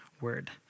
word